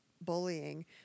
bullying